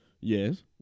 Yes